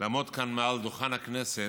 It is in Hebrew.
לעמוד כאן, מעל דוכן הכנסת,